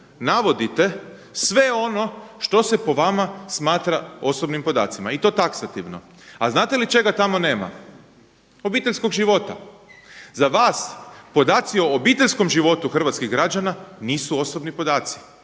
navodite sve ono što se po vama smatra osobnim podacima i to taksativno. A znate li čega tamo nema? Obiteljskog života. Za vas podaci o obiteljskom životu hrvatskih građana nisu osobni podaci,